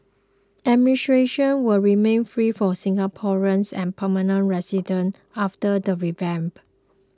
will remain free for Singaporeans and permanent residents after the revamp